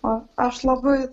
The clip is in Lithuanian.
o aš labai